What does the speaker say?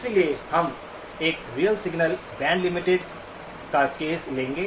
इसलिए हम एक रियल सिग्नल बैंड लिमिटेड का केस लेंगे